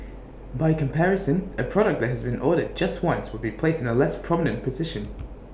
by comparison A product that has been ordered just once would be placed in A less prominent position